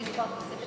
יש כבר תוספת תקציב.